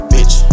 Bitch